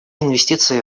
инвестиции